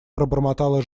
пробормотала